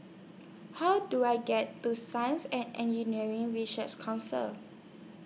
How Do I get to Science and Engineering Ray shares Council